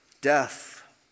Death